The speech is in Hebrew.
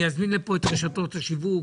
אני אזמין לפה את רשתות השיווק.